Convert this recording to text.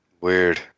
Weird